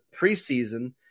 preseason